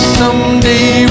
someday